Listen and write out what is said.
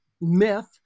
myth